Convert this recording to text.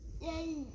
Yay